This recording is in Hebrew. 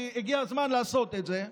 כי הגיע הזמן לעשות את זה.